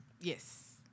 Yes